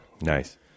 Nice